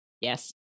Yes